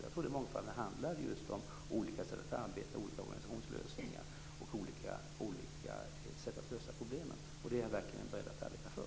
Jag trodde att mångfalden handlade just om olika sätt att arbeta, om olika organisationslösningar och olika sätt att lösa problemen. Det är jag verkligen beredd att arbeta för.